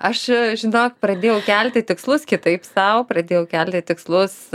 aš žinok pradėjau kelti tikslus kitaip sau pradėjau kelti tikslus